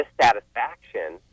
dissatisfaction